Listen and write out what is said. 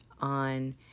on